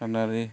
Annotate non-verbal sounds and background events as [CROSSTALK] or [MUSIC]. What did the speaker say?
[UNINTELLIGIBLE]